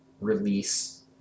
release